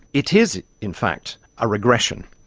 it is in fact a regression.